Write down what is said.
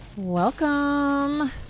Welcome